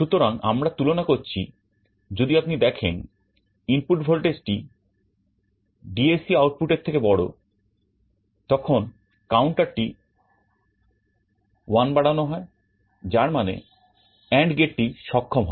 সুতরাং আমরা তুলনা করছি যদি আপনি দেখেন ইনপুট ভল্টেজটি DAC আউটপুট এর থেকে বড় তখন counter টি 1 বাড়ানো হয় যার মানে AND gateটি সক্ষম হয়